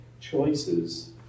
choices